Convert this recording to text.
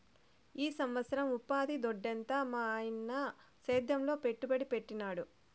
ఈ సంవత్సరం ఉపాధి దొడ్డెంత మాయన్న సేద్యంలో పెట్టుబడి పెట్టినాడు